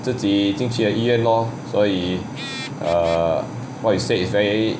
自己 咯所以:geo suo yi err what you say is very